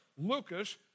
Lucas